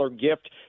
gift